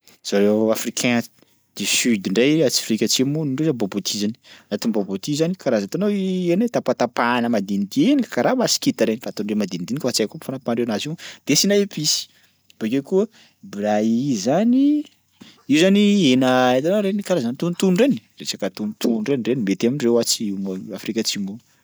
Zareo africain du sud indray, atsy Afrika Atsimo ndreo zany bobotie zany, anatin'ny bobotie zany karaza hitanao hena io tapatapahana madinidinika karaha maskita reny ataondreo madinidinika fa tsy haiko fanapahandreo anazy io dia asiana episy. Bakeo koa braii zany io zany hena hitanao reny karazana tonotono reny? Resaka tonotono reny, reny mety amindreo Atsimo- Afrika Atsimo ao.